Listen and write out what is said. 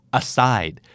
aside